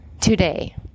Today